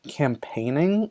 campaigning